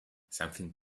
something